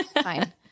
fine